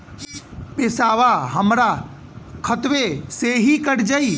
पेसावा हमरा खतवे से ही कट जाई?